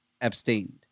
abstained